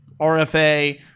RFA